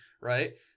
right